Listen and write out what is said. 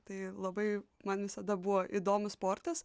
tai labai man visada buvo įdomus sportas